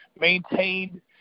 maintained